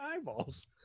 eyeballs